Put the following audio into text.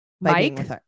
Mike